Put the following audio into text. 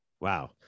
Wow